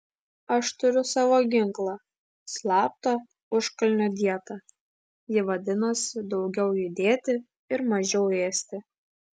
aš turiu savo ginklą slaptą užkalnio dietą ji vadinasi daugiau judėti ir mažiau ėsti